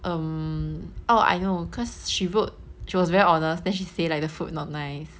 um oh I know cause she wrote she was very honest then she say like the food not nice